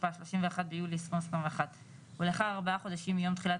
התשפ"א 31 ביולי 2021 ולאחר ארבעה חודשים מיום תחילת